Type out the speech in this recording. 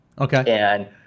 Okay